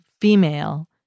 female